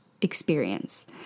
experience